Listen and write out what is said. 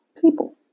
People